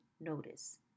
notice